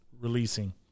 releasing